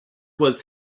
was